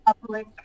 public